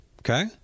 Okay